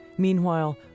Meanwhile